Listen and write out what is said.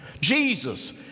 Jesus